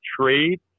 trade